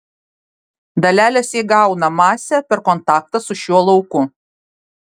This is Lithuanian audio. dalelės įgauna masę per kontaktą su šiuo lauku